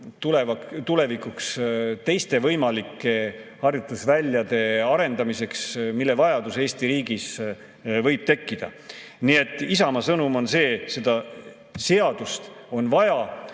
tulevikus teiste võimalike harjutusväljade arendamiseks, mille vajadus Eesti riigis võib tekkida. Nii et Isamaa sõnum on see, et seda seadust on vaja.